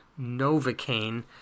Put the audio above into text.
novocaine